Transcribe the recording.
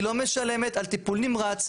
היא לא משלמת על טיפול נמרץ.